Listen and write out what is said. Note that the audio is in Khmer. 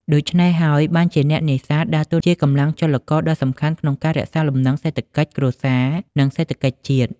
ដូច្នេះហើយ បានជាអ្នកនេសាទដើរតួជាកម្លាំងចលករដ៏សំខាន់ក្នុងការរក្សាលំនឹងសេដ្ឋកិច្ចគ្រួសារ និងសេដ្ឋកិច្ចជាតិ។